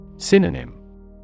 Synonym